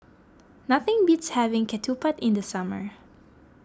nothing beats having Ketupat in the summer